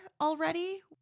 already